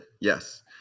Yes